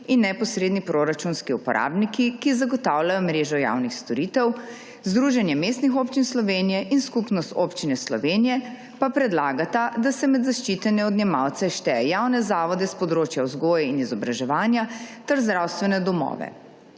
in neposredni proračunski uporabniki, ki zagotavljajo mrežo javnih storitev, Združenje mestnih občin Slovenije in Skupnost občin Slovenije pa predlagata, da se med zaščitene odjemalce šteje javne zavode s področja vzgoje in izobraževanja ter zdravstvene domove.